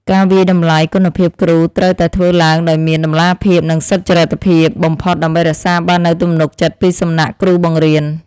ការវាយតម្លៃគុណភាពគ្រូត្រូវតែធ្វើឡើងដោយមានតម្លាភាពនិងសុចរិតភាពបំផុតដើម្បីរក្សាបាននូវទំនុកចិត្តពីសំណាក់គ្រូបង្រៀន។